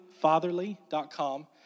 fatherly.com